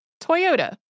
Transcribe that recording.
Toyota